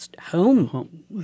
home